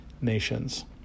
nations